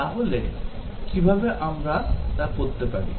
তাহলে কিভাবে আমরা তা করতে পারি